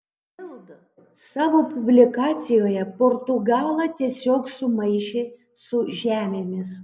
bild savo publikacijoje portugalą tiesiog sumaišė su žemėmis